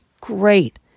great